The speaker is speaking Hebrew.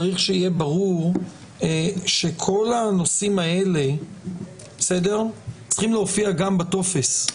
צריך שיהיה ברור שכל הנושאים האלה צריכים להופיע גם בטופס.